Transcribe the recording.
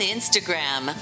Instagram